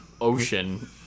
ocean